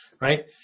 right